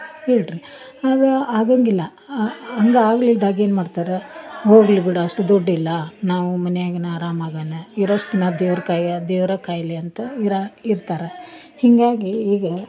ಹೇಳ್ರಿ ಅದಾ ಆಗಂಗಿಲ್ಲ ಅಂಗ ಆಗ್ಲಿದ್ದಾಗ ಏನು ಮಾಡ್ತಾರೆ ಹೋಗಲಿ ಬಿಡು ಅಷ್ಟು ದುಡ್ಡು ಇಲ್ಲ ನಾವು ಮನೆಯಾಗ ಅರಾಮಾಗ ಇರಷ್ಟು ನಾ ದೇವ್ರು ಕಾಯ ದೇವರ ಕಾಯ್ಲಿ ಅಂತ ಇರಾ ಇರ್ತಾರ ಹೀಗಾಗಿ ಈಗ